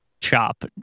chop